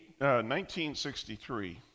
1963